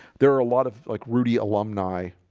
there are a lot of like rudy alumni